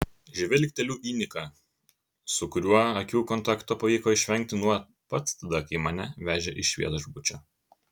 žvilgteliu į niką su kuriuo akių kontakto pavyko išvengti nuo pat tada kai mane vežė iš viešbučio